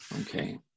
Okay